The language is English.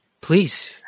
please